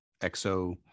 Exo